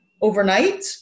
overnight